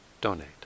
donate